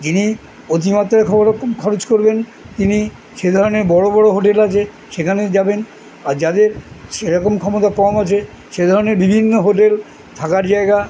যিনি অতিমাত্রা খবর খরচ করবেন তিনি সে ধরনের বড়ো বড়ো হোটেল আছে সেখানে যাবেন আর যাদের সেরকম ক্ষমতা কম আছে সে ধরনের বিভিন্ন হোটেল থাকার জায়গা